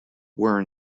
were